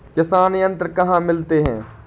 किसान यंत्र कहाँ मिलते हैं?